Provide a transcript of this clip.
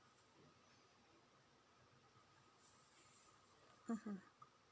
mmhmm